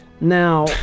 Now